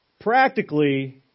practically